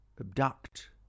abduct